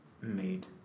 made